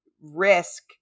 risk